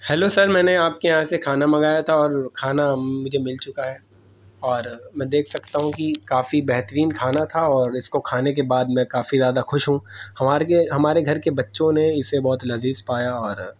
hello sir میں نے آپ کے یہاں سے کھانا منگایا تھا اور کھانا مجھے مل چکا ہے اور میں دیکھ سکتا ہوں کہ کافی بہترین کھانا تھا اور اس کو کھانے کے بعد میں کافی زیادہ خوش ہوں ہمارے ہمارے گھر کے بچوں نے اسے بہت لذیذ پایا اور